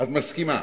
את מסכימה.